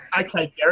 Okay